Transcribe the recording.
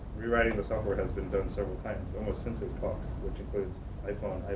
rewriting the software has been done several times. almost since it's which includes iphone,